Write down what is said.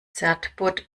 certbot